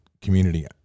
community